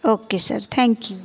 okay sir thank you